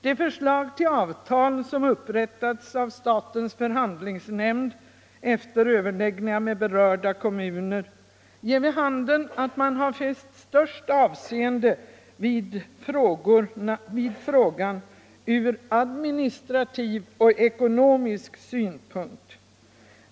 Det förslag till avtal som upprättats av statens förhandlingsnämnd efter överläggningar med berörda kommuner ger vid handen att man har fäst störst avseende vid frågan ur administrativ och ekonomisk synpunkt.